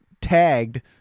tagged